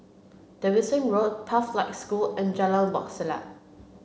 Davidson Road Pathlight School and Jalan Wak Selat